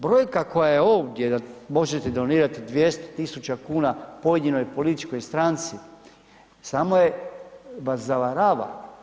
Brojka koja je ovdje da možete donirati 200 tisuća kuna pojedinoj političkoj stranci, samo je, vas zavarava.